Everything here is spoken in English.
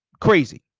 Crazy